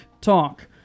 talk